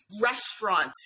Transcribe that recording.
restaurant